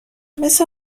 مثل